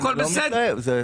הכול בסדר.